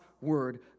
word